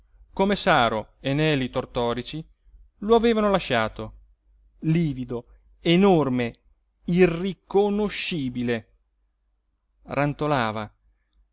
come saro e neli tortorici lo avevano lasciato livido enorme irriconoscibile rantolava dalla